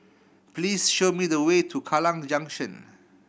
please show me the way to Kallang Junction